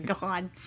God